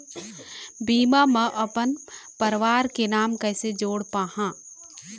बीमा म अपन परवार के नाम कैसे जोड़ पाहां?